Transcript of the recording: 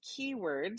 keywords